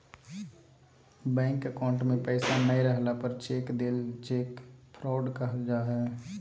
bank account में पैसा नय रहला पर चेक देल चेक फ्रॉड कहल जा हइ